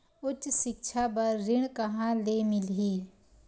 उच्च सिक्छा बर ऋण कहां ले मिलही?